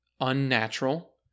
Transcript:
unnatural